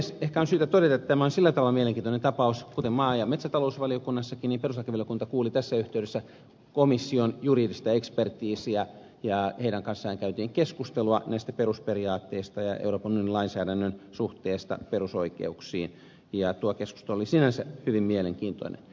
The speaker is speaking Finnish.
ehkä on syytä todeta että tämä on sillä tavalla mielenkiintoinen tapaus että kuten maa ja metsätalousvaliokuntakin myös perustuslakivaliokunta kuuli tässä yhteydessä komission juridista ekspertiisiä ja heidän kanssaan käytiin keskustelua näistä perusperiaatteista ja euroopan unionin lainsäädännön suhteesta perusoikeuksiin ja tuo keskustelu oli sinänsä hyvin mielenkiintoinen